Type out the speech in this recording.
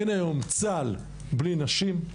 אין היום צהל בלי נשים,